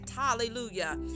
hallelujah